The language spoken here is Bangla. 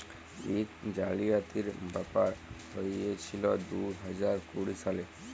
ইক জালিয়াতির ব্যাপার হঁইয়েছিল দু হাজার কুড়ি সালে